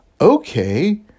Okay